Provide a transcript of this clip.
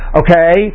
okay